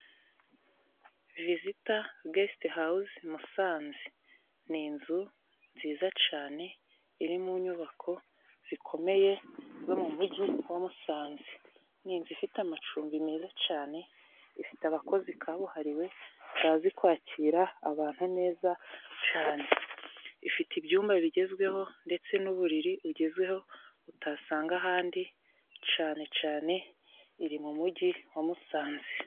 Vizita gesite Hawuzi Musanze ni inzu nziza cane iri mu nyubako zikomeye zo mu mujyi wa Musanze. Ni inzu ifite amacumbi meza cane, ifite abakozi kabuhariwe bazi kwakira abantu neza cane. Ifite ibyumba bigezweho ndetse n'uburiri bugezweho utasanga ahandi cane cane, iri mu mujyi wa Musanze.